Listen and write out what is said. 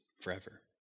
forever